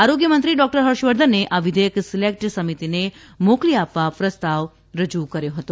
આરોગ્યમંત્રી ડોકટર હર્ષવર્ધને આ વિઘેયક સિલેકટ સમિતીને મોકલી આપવા પ્રસ્તાવ રજુ કર્યો હતો